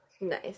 Nice